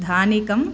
धानिकम्